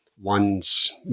one's